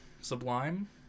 Sublime